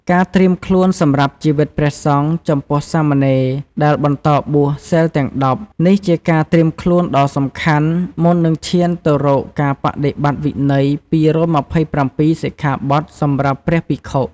ការត្រៀមខ្លួនសម្រាប់ជីវិតព្រះសង្ឃ ចំពោះសាមណេរដែលបន្តបួស សីលទាំង ១០ នេះជាការត្រៀមខ្លួនដ៏សំខាន់ មុននឹងឈានទៅរកការបដិបត្តិវិន័យ ២២៧ សិក្ខាបទសម្រាប់ព្រះភិក្ខុ។